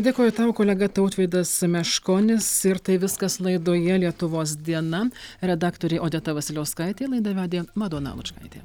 dėkoju tau kolega tautvydas meškonis ir tai viskas laidoje lietuvos diena redaktorė odeta vasiliauskaitė laidą vedė madona lučkaitė